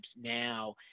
now